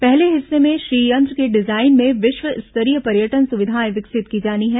पहले हिस्से में श्रीयंत्र की डिजाइन में विश्व स्तरीय पर्यटन सुविधाएं विकसित की जानी हैं